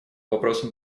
вопросам